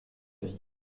vie